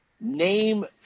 Name